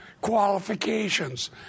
qualifications